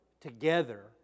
together